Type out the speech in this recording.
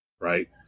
right